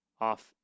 off